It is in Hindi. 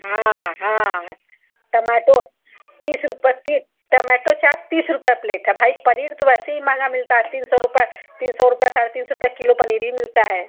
हाँ हाँ टैमॅटो तीस रुपये ती टैमॅटो चाट तीस रुपये प्लेट है भाई पनीर तो वैसे ही महंगा मिलता है तीन सौ रुपये तीन सौ रुपये साढ़े तीन सौ रुपये किलो पनीर ही मिलता है